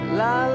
la